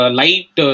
light